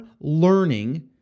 learning